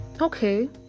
Okay